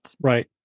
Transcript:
Right